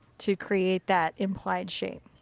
to create that implied shape.